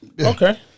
Okay